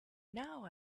now